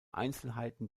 einzelheiten